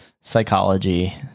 psychology